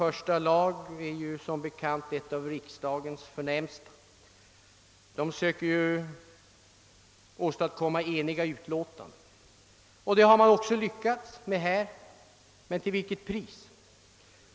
Första lagutskottet är som bekant ett av riksdagens förnämsta utskott, och här har man lyckats med detta, men till vilket pris?